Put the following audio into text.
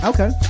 Okay